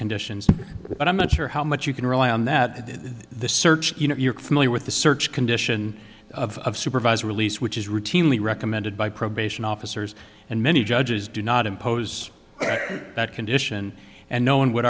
conditions but i'm not sure how much you can rely on that this search you know you're familiar with the search condition of supervised release which is routinely recommended by probation officers and many judges do not impose that condition and no one would